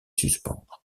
suspendre